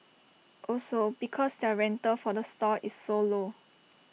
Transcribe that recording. also because their rental for the stall is so low